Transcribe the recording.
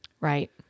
Right